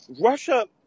Russia